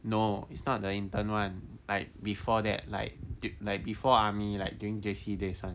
no it's not the intern one like before that like the like before army like during J_C days [one]